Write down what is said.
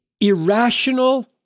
irrational